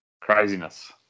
Craziness